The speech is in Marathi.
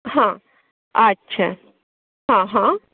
हा अच्छा हा हा